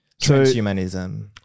Transhumanism